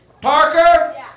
Parker